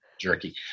jerky